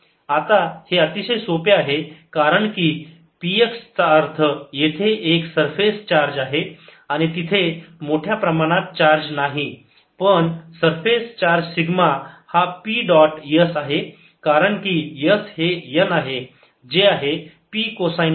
आता हे अतिशय सोपे आहे कारण की P x चा अर्थ येथे एक सरफेस चार्ज आहे आणि तिथे मोठ्या प्रमाणात चार्ज नाही पण सरफेस चार्ज सिग्मा हा P डॉट S आहे कारण की S हे n आहे जे आहे P कोसाईन फाय